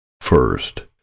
First